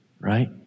right